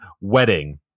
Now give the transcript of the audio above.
Wedding